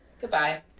Goodbye